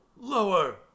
Lower